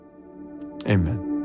amen